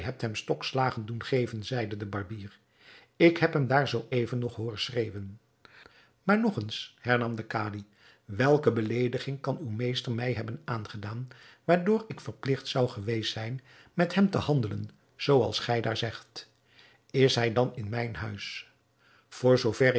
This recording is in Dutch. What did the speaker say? hem stokslagen doen geven zeide de barbier ik heb hem daar zoo even nog hooren schreeuwen maar nog eens hernam de kadi welke beleediging kan uw meester mij hebben aangedaan waardoor ik verpligt zou geweest zijn met hem te handelen zooals gij daar zegt is hij dan in mijn huis voor zoover